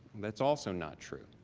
that's also not true.